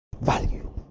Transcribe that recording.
Value